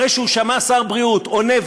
אחרי שהוא שמע שר בריאות עונה,